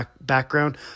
background